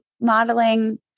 modeling